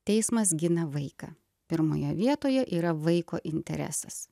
teismas gina vaiką pirmoje vietoje yra vaiko interesas